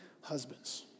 Husbands